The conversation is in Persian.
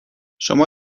شما